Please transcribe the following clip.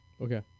Okay